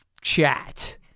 chat